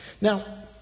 Now